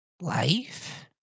Life